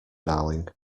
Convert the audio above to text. darling